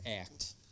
act